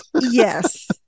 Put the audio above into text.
Yes